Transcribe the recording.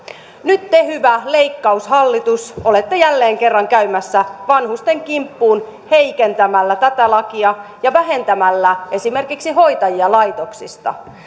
nyt te hyvä leikkaushallitus olette jälleen kerran käymässä vanhusten kimppuun heikentämällä tätä lakia ja vähentämällä esimerkiksi hoitajia laitoksista